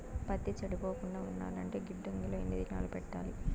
పత్తి చెడిపోకుండా ఉండాలంటే గిడ్డంగి లో ఎన్ని దినాలు పెట్టాలి?